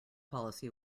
policy